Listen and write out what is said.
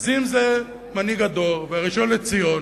אז אם זה מנהיג הדור והראשון לציון,